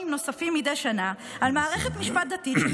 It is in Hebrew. נוספים מדי שנה על מערכת המשפט הדתית,